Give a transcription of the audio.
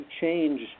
change